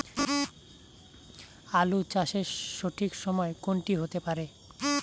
আলু চাষের সঠিক সময় কোন টি হতে পারে?